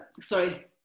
sorry